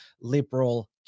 Liberal